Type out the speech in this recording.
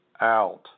out